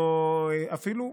אפילו,